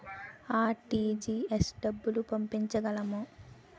RTGS డబ్బులు పంపించగలము?